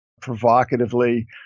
provocatively